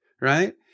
Right